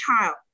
child